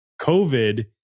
COVID